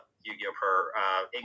Yu-Gi-Oh